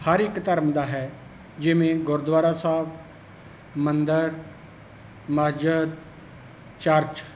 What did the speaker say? ਹਰ ਇੱਕ ਧਰਮ ਦਾ ਹੈ ਜਿਵੇਂ ਗੁਰਦੁਆਰਾ ਸਾਹਿਬ ਮੰਦਰ ਮਸਜਿਦ ਚਰਚ